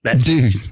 dude